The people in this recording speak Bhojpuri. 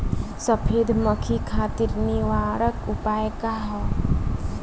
सफेद मक्खी खातिर निवारक उपाय का ह?